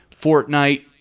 Fortnite